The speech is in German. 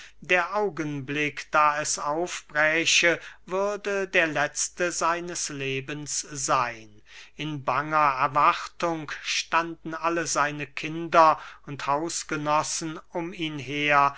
der augenblick da es aufbräche würde der letzte seines lebens seyn in banger erwartung standen alle seine kinder und hausgenossen um ihn her